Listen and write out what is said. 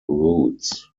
roots